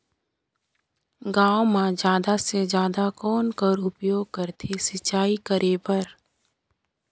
गांव म जादा से जादा कौन कर उपयोग करथे सिंचाई करे बर?